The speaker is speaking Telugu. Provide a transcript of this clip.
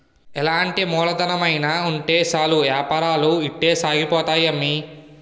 ఎలాంటి మూలధనమైన ఉంటే సాలు ఏపారాలు ఇట్టే సాగిపోతాయి అమ్మి